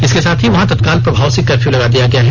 इसके साथ ही वहां तत्काल प्रभाव से कर्फयू लगा दिया गया है